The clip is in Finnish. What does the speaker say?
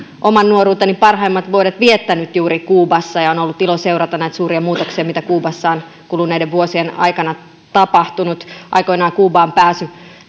oman nuoruuteni parhaimmat vuodet viettänyt juuri kuubassa ja on ollut ilo seurata näitä suuria muutoksia mitä kuubassa on kuluneiden vuosien aikana tapahtunut aikoinaan kuubaan pääsy